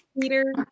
Peter